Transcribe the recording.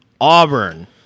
Auburn